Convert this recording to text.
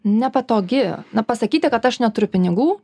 nepatogi na pasakyti kad aš neturiu pinigų